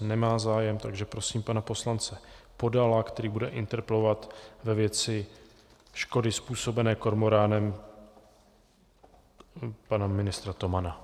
Nemá zájem, takže prosím pana poslance Podala, který bude interpelovat ve věci škody způsobené kormoránem pana ministra Tomana.